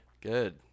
Good